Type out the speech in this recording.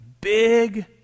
big